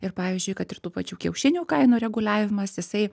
ir pavyzdžiui kad ir tų pačių kiaušinių kainų reguliavimas jisai